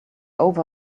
over